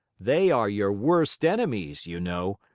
they are your worst enemies, you know,